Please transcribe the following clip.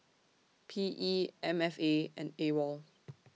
P E M F A and A WOL